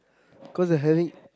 cause I had it